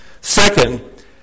Second